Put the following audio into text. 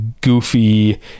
goofy